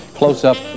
close-up